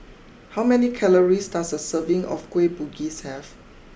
how many calories does a serving of Kueh Bugis have